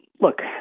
look